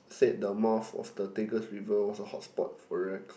said the mouth of the Tigris river was the hot spot for